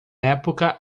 época